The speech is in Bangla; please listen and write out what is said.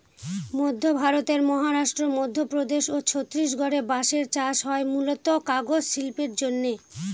মধ্য ভারতের মহারাষ্ট্র, মধ্যপ্রদেশ ও ছত্তিশগড়ে বাঁশের চাষ হয় মূলতঃ কাগজ শিল্পের জন্যে